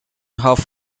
half